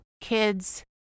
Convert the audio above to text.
kids